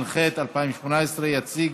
התשע"ח 2018. יציג,